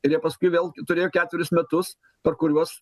ir jie paskui vėl turėjo keturis metus per kuriuos